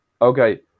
okay